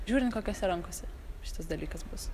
žiūrint kokiose rankose šitas dalykas bus